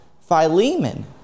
Philemon